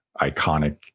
iconic